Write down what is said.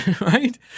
right